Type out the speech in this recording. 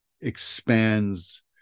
expands